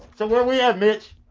so what we have, mitch,